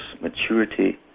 maturity